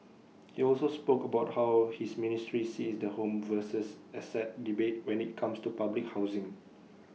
he also spoke about how his ministry sees the home versus asset debate when IT comes to public housing